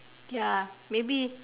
ya maybe